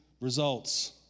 results